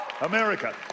America